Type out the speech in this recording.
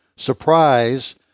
surprise